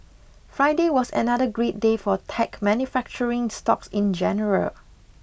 Friday was another great day for tech manufacturing stocks in general